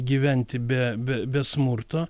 gyventi be be be smurto